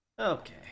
Okay